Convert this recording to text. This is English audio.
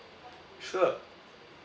sure